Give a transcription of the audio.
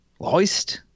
Loist